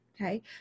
Okay